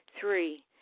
Three